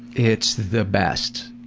it's the best!